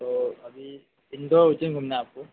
तो अभी इंदौर उज्जैन घूमना है आपको